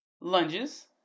lunges